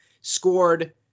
scored